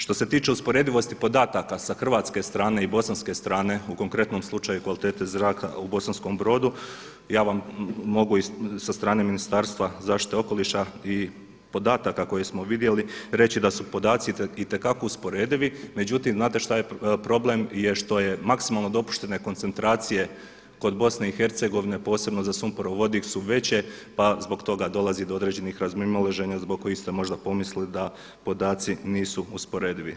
Što se tiče usporedivosti podataka sa hrvatske strane i bosanske strane u konkretnom slučaju kvalitete zraka u Bosanskom Brodu, ja vam mogu sa strane Ministarstva zaštite okoliša i podataka koje smo vidjeli reći da su podaci itekako usporedivi, međutim znate problem je što je maksimalno dopuštene koncentracije kod BiH posebno za sumporovodik su veće pa zbog toga dolazi do određenih razmimoilaženja zbog kojih ste možda pomislili da podaci nisu usporedivi.